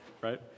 right